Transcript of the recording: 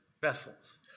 vessels